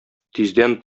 тиздән